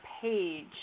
page